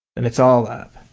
then it's all up.